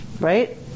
Right